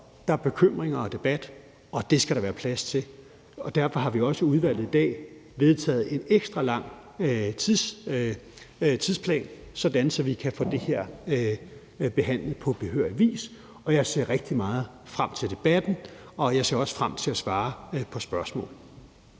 der er bekymringer og debat, og det skal der være plads til, og derfor har vi også i udvalget i dag vedtaget en ekstra lang tidsplan, sådan at vi kan få det her behandlet på behørig vis. Jeg ser rigtig meget frem til debatten, og jeg ser også frem til at svare på spørgsmål.